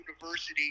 University